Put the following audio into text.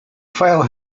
file